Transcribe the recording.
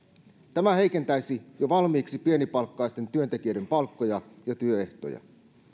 tämä heikentäisi jo valmiiksi pienipalkkaisten työntekijöiden palkkoja ja työehtoja